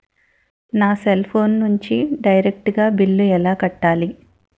నా cell phone నుంచి direct గా బిల్లు ఎలా కట్టాలి?